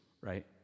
right